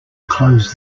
close